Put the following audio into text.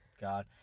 God